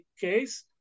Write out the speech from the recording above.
case